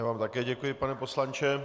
Já vám také děkuji, pane poslanče.